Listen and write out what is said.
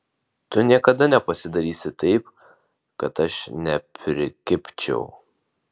tu niekada nepasidarysi taip kad aš neprikibčiau